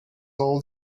all